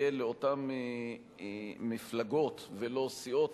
יהיה לאותן מפלגות ולא סיעות,